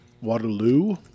Waterloo